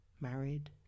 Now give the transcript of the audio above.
Married